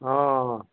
অঁ